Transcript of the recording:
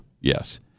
yes